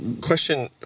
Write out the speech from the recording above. question